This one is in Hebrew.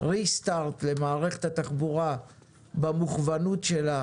רה-סטארט למערכת התחבורה במוכוונות שלה